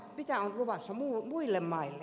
mitä on luvassa muille maille